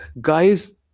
guys